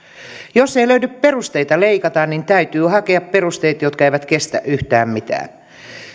jos ei löydy perusteita leikata niin täytyy hakea perusteet jotka eivät kestä yhtään mitään